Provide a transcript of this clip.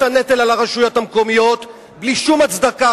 הנטל על הרשויות המקומיות בלי שום הצדקה,